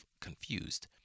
confused